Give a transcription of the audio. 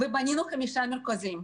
ובנינו חמישה מרכזים.